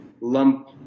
lump